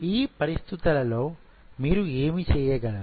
ఈ పరిస్థితులలో మీరు ఏమి అర్థం చేసుకోగలరు